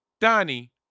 Donnie